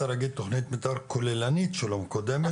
להגיד תכנית מתאר כוללנית שלא מקודמת,